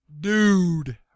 dude